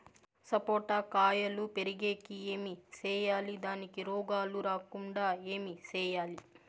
సపోట కాయలు పెరిగేకి ఏమి సేయాలి దానికి రోగాలు రాకుండా ఏమి సేయాలి?